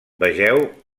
vegeu